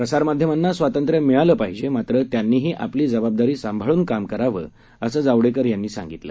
प्रसारमाध्यमाना स्वातंत्र्य मिळालं पाहिजे मात्र त्यांनीही आपली जबाबदारी सांभाळून काम करावं असं जावडेकर यांनी यावेळी सांगितलं